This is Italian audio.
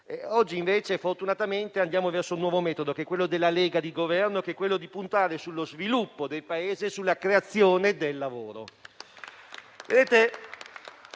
Oggi invece, fortunatamente, andiamo verso un nuovo metodo, che è quello della Lega di Governo, che punta sullo sviluppo del Paese e sulla creazione di lavoro.